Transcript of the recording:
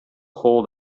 hold